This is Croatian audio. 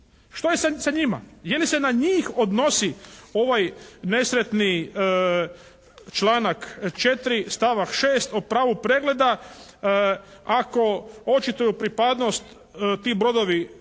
Šta je sa njima? Je li se na njih odnosi ovaj nesretni članak 4. stavak 6. o pravu pregleda ako očituju pripadnost ti brodovi